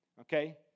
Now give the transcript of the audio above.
Okay